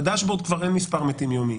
בדשבורד כבר אין מספר יומי,